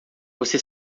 você